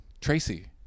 Tracy